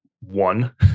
one